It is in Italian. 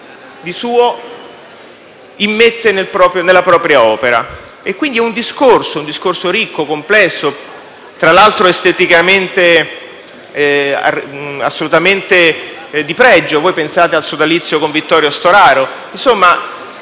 di suo immette nella propria opera. Quindi il discorso è ricco e complesso, tra l'altro esteticamente assolutamente di pregio (pensate al sodalizio con Vittorio Storaro). Insomma